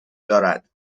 دارد